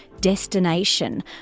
destination